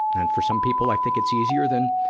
and for some people, i think it's easier than,